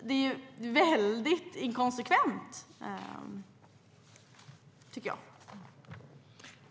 Det är väldigt inkonsekvent, tycker jag.